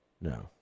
No